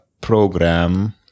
program